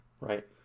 Right